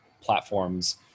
platforms